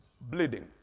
Bleeding